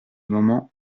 moment